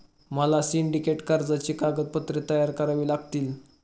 मला सिंडिकेट कर्जाची कागदपत्रे तयार करावी लागतील